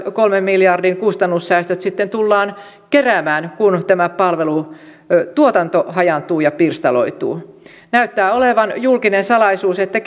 kolmen miljardin kustannussäästöt sitten tullaan keräämään kun tämä palvelutuotanto hajaantuu ja pirstaloituu näyttää olevan julkinen salaisuus että